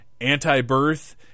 anti-birth